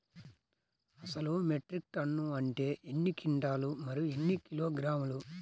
అసలు metric ton అంటే ఎన్ని క్వింటాలు మరియు ఎన్ని కిలోగ్రాములు?